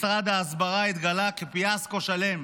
משרד ההסברה התגלה כפיאסקו שלם,